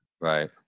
Right